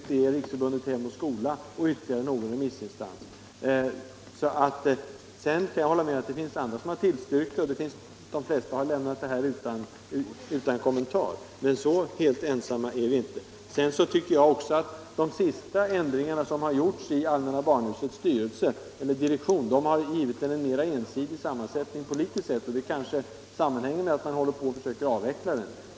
Även Riks av sets tilledngar förbundet Hem och Skola och ytterligare någon remissinstans avstyrker förslaget. Sedan kan jag hålla med om att det finns andra som har tillstyrkt förslaget. De flesta har lämnat det utan kommentar. Men så helt ensamma är vi inte. Jag tycker också att de sista ändringarna som har gjorts i allmänna barnhusets direktion har givit den en mera ensidig sammansättning politiskt sett, och det kanske sammanhänger med att man håller på att försöka avveckla den.